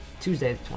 Tuesday